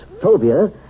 phobia